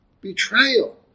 Betrayal